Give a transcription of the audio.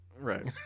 Right